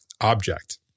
object